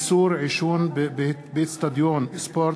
(איסור עישון באיצטדיון ספורט),